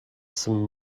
some